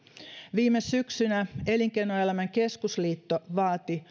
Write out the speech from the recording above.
viime syksynä elinkeinoelämän keskusliitto vaati